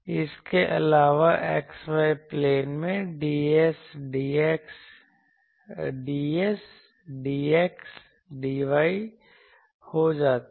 इसके अलावा x y plane में ds dxdy हो जाता है